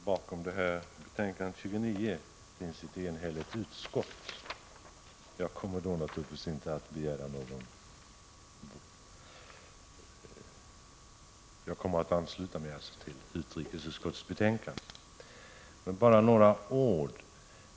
Herr talman! Bakom betänkande 29 finns ett enhälligt utskott, och jag kommer naturligtvis att ansluta mig till utrikesutskottets hemställan.